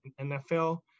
NFL